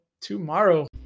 tomorrow